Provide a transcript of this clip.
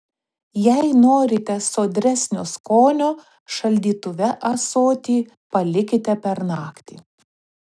jei norite sodresnio skonio šaldytuve ąsotį palikite per naktį